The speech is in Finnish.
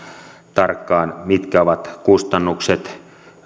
tarkkaan mitkä ovat kustannukset